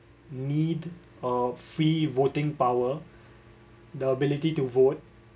need a free voting power the ability to vote